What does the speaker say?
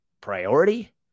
priority